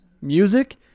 music